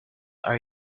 are